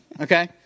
Okay